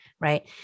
right